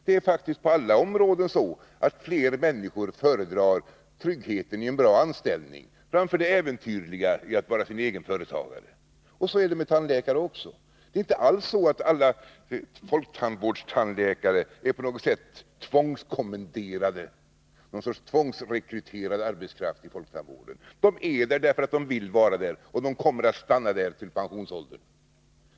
På alla områden är det faktiskt så att fler människor föredrar tryggheten i en bra anställning framför det äventyrliga i att vara sin egen företagare. Så är det med tandläkare också. Det är inte alls så att alla tandläkare inom folktandvården är tvångskommenderade på något sätt, någon sorts tvångsrekryterad arbetskraft i folktandvården. De är där därför att de vill vara där, och de kommer att stanna där till pensionsåldern.